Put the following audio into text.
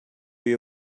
you